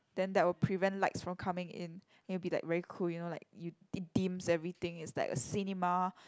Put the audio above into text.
then that will prevent lights from coming in it will be like very cool you know like you it dims everything it's like a cinema